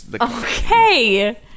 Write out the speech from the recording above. okay